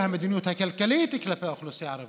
המדיניות הכלכלית כלפי האוכלוסייה הערבית.